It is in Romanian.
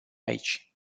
aici